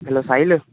hello Sahil